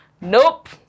Nope